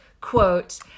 quote